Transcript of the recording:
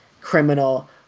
criminal